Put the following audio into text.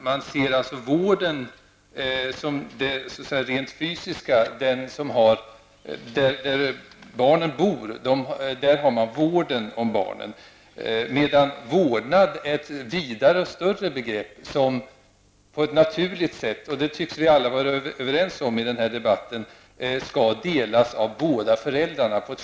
Man ser alltså vård som en rent fysisk omvårdnad, där barnen bor finns vården om barnen, medan vårdnad är ett vidare begrepp och något som på ett naturligt sätt, och det tycks vi alla vara överens om i den här debatten, skall delas av båda föräldrarna.